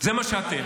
זה מה שאתם.